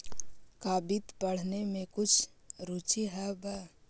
का वित्त पढ़ने में कुछ रुचि हवअ